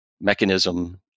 mechanism